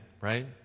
right